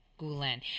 Gulen